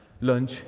lunch